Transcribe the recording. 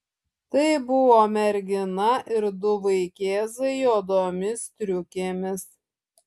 tai buvo mergina ir du vaikėzai juodomis striukėmis